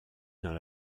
dans